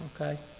okay